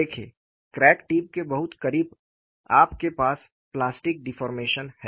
देखें crack tip के बहुत करीब आपके पास प्लास्टिक डीफॉर्मेशन है